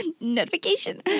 notification